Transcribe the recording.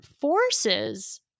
forces